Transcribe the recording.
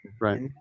Right